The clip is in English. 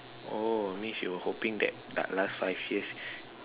oh means you hoping that the last five years